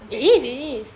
it is it is